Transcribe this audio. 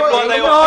יש הסכם.